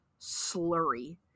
slurry